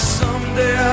someday